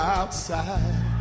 outside